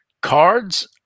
cards